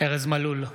ארז מלול,